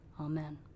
amen